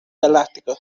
galáctico